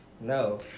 no